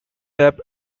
lap